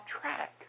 track